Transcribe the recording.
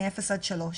מאפס עד שלוש.